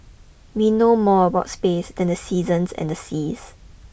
we know more about space than the seasons and the seas